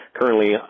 currently